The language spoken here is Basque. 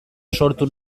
sortu